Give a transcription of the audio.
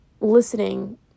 listening